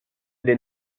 les